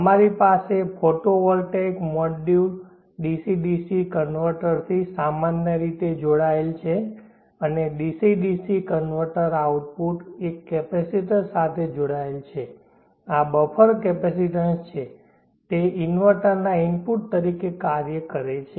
અમારી પાસે photovoltaic module DC DC કન્વર્ટરથી સામાન્ય રીતે જોડાયેલ છે અને ડીસી ડીસી કન્વર્ટર આઉટપુટ એક કેપેસિટર સાથે જોડાયેલ છે આ બફર કેપેસિટીન્સ છે અને તે ઇન્વર્ટરના ઇનપુટ તરીકે કાર્ય કરે છે